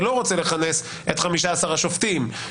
ולא רוצה לכנס את 15 השופטים,